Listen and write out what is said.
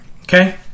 okay